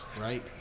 right